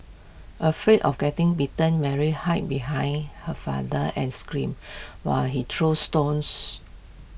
afraid of getting bitten Mary hide behind her father and screamed while he threw stones